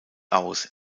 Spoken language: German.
aus